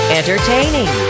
entertaining